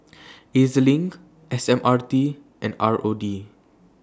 E Z LINK S M R T and R O D